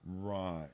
Right